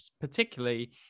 particularly